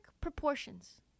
proportions